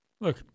Look